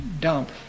dump